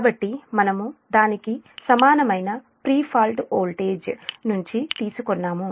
కాబట్టి మనము దానికి సమానమైన ప్రీ ఫాల్ట్ వోల్టేజ్ నుంచి తీసుకున్నాము